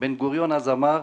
בן-גוריון אז אמר: